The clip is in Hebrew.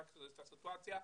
רק את הסיטואציה,